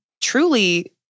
truly